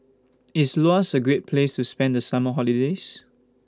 IS Laos A Great Place to spend The Summer Holiday